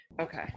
okay